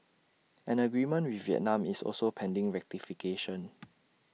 an agreement with Vietnam is also pending ratification